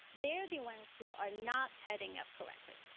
they are the ones who are not tidying up correctly.